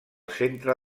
centre